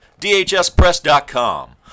DHSPress.com